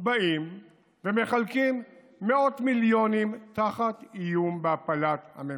באים ומחלקים מאות מיליונים תחת איום בהפלת הממשלה,